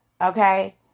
Okay